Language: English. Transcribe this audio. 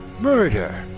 murder